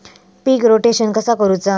पीक rotation कसा करूचा?